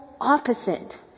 opposite